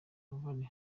mubare